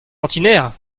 ordinaire